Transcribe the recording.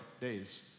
days